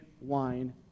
wine